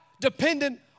dependent